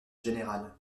général